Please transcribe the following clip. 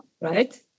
right